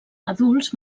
adults